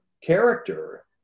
character